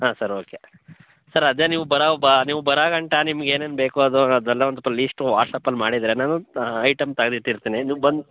ಹಾಂ sir okay sir ಅದೇ ನೀವು ಬರೋ ನೀವು ಬರೋ ಗಂಟ ನಿಮ್ಗೆ ಏನು ಏನು ಬೇಕೋ ಅದು ಅದೆಲ್ಲ ಒಂದು ಸ್ವಲ್ಪ ಲೀಸ್ಟು ವಾಟ್ಸ್ಆ್ಯಪ್ ಮಾಡಿದರೆ ನಾನು ಐಟಮ್ ತೆಗ್ದಿಟ್ಟಿರ್ತೀನಿ ನೀವು ಬಂದು